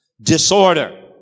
Disorder